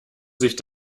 sich